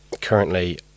currently